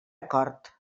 acord